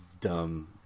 dumb